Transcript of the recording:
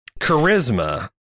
charisma